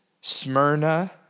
Smyrna